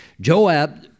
Joab